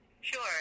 Sure